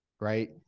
right